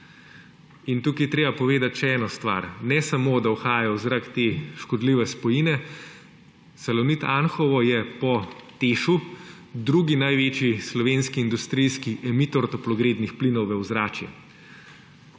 Tukaj je treba povedati še eno stvar: ne samo da uhajajo v zrak te škodljive spojine, Salonit Anhovo je po TEŠ drugi največji slovenski industrijski emitor toplogrednih plinov v ozračje.